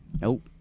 Nope